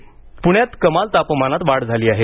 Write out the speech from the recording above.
हवामान प्रण्यात कमाल तापमानात वाढ झाली आहे